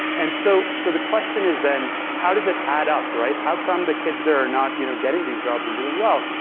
and so so the the question is then how does it add up, right? how come the kids there are not you know getting these jobs and doing well?